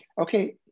Okay